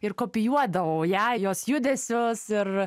ir kopijuodavau ją jos judesius ir